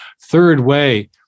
third-way